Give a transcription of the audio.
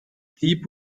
deep